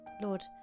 Lord